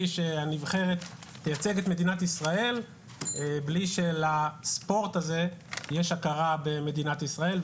שהנבחרת תייצג את מדינת ישראל בלי שלספורט הזה יש הכרה במדינת ישראל,